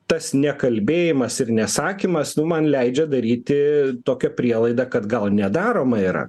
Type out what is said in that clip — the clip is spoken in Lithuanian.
tas nekalbėjimas ir nesakymas nu man leidžia daryti tokią prielaidą kad gal nedaroma yra